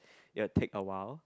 it will take awhile